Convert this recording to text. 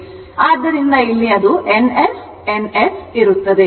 ಆದ್ದರಿಂದ ಇಲ್ಲಿ ಅದು N S N S ಇರುತ್ತದೆ